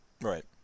right